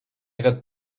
got